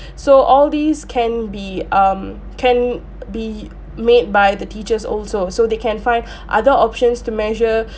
so all these can be um can be made by the teachers also so they can find other options to measure